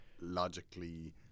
Logically